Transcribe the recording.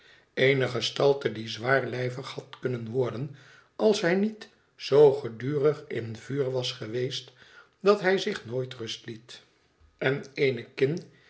eene gestalte die zwaarlijvig had kunnen worden als hij niet zoo gedurig in vuur was geweest dat hij zich nooit rust liet en eene kin